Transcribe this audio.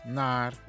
naar